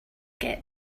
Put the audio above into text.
get